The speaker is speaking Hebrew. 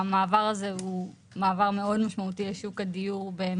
המעבר הזה הוא מעבר מאוד משמעותי לשוק הדיור במרכז הארץ.